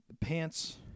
Pants